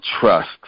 trust